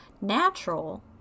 Natural